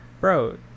bro